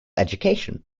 education